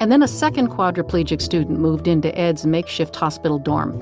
and then a second quadriplegic student moved into ed's makeshift hospital dorm